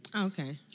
Okay